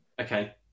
Okay